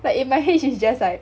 like in my head she's just like